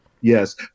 yes